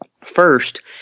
First